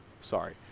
Sorry